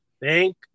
Thank